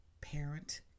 parent